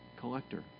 collector